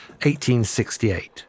1868